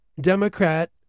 Democrat